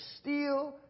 steal